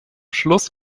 schluss